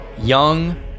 young